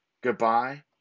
goodbye